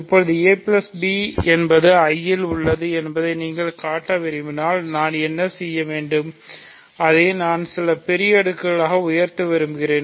இப்போது a b என்பது I இல் உள்ளது என்பதை நீங்கள் காட்ட விரும்பினால் நான் என்ன செய்ய வேண்டும் அதை நான் சில பெரிய அடுக்காக உயர்த்த விரும்புகிறேன்